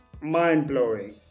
mind-blowing